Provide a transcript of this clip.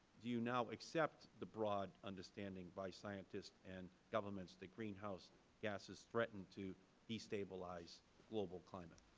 do you now accept the broad understanding by scientists and governments that greenhouse gases threaten to destabilize global climate?